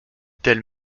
telle